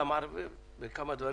אתה מערבב בין כמה דברים.